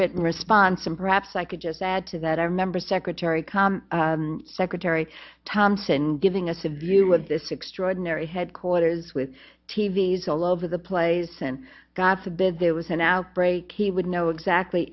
written response and perhaps i could just add to that i remember secretary comm secretary thompson giving us a view with this extraordinary headquarters with t v s all over the place and god forbid there was an outbreak he would know exactly